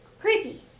Creepy